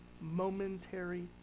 momentary